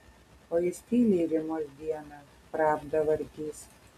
o jis tyliai rymos dieną pravdą vartys